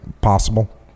possible